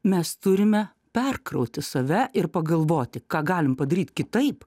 mes turime perkrauti save ir pagalvoti ką galim padaryt kitaip